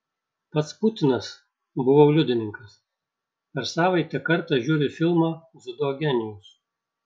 pats putinas buvau liudininkas per savaitę kartą žiūri filmą dziudo genijus